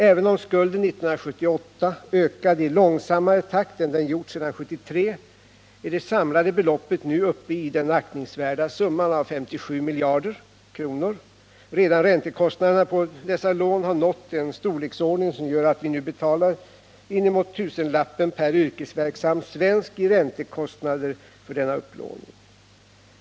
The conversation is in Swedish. Även om skulden 1978 ökade i långsammare takt än den gjort sedan 1973 är det samlade beloppet nu uppe i den aktningsvärda summan av 57 miljarder kronor. Redan räntekostnaderna på dessa lån har nåu en storleksordning som gör att vi nu betalar inemot tusenlappen per yrkesverksam svensk i räntekostnader för denna upplåning.